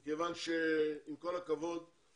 ואם כבר אתה מביא רופא, שיראה גם את השאר.